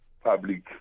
public